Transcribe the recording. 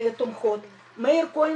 לא באנו מוכנים לשאלה של הקיצוץ הרוחבי.